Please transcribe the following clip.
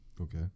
Okay